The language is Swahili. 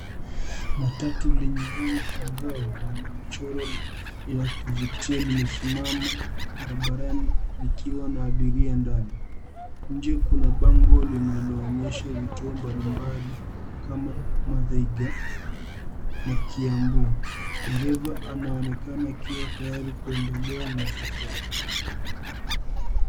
Matatu lenye rangi angavu na michoro ya kuvutia limesimama barabarani likiwa na abiria ndani. Nje kuna bango linaloonyeha vituo mbalimbali kama Muthaiga na Kiambu. Dereva anaonekana akiwa tayari kuendelea na safari.